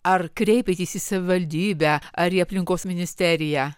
ar kreipėtės į savivaldybę ar į aplinkos ministeriją